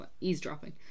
eavesdropping